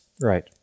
Right